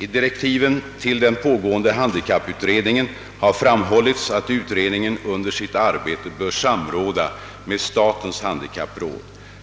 I direktiven till den pågående handikapputredningen har framhållits, att utredningen under sitt arbete bör samråda med statens handikappråd.